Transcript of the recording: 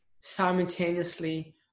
simultaneously